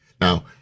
Now